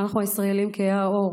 אנחנו הישראלים כהי העור,